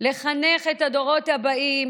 לחנך את הדורות הבאים